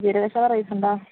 ജീരകശാല റൈസുണ്ടോ